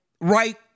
right